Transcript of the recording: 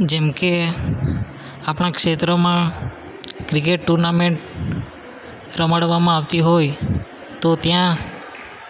જેમકે આપણાં ક્ષેત્રોમાં ક્રિકેટ ટુર્નામેંટ રમાડવામાં આવતી હોય તો ત્યાં